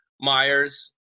Myers